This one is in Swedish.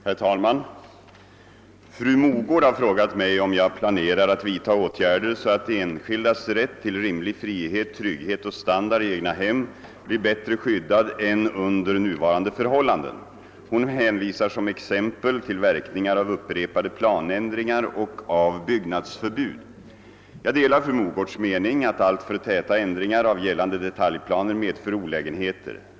Herr talman! Fru Mogård har frågat mig om jag planerar att vidta åtgärder så att enskildas rätt till rimlig frihet, trygghet och standard i egnahem blir bättre skyddad än under nuvarande förhållandenr: Hon hänvisar som exempel till verkningar av upprepade planändringar och av byggnadsförbud. "Jag delar fru Mogårds mening att alltför täta ändringar av gällande detalj 'planer medför olägenheter.